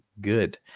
good